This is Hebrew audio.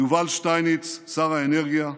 יובל שטייניץ, שר האנרגיה,